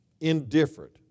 indifferent